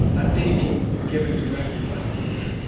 a teaching given directly by the buddha,